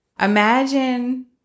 Imagine